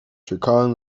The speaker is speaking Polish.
czekałam